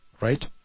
right